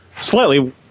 Slightly